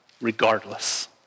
regardless